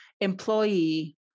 Employee